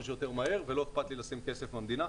שיותר מהר ולא אכפת לי לשים כסף מהמדינה.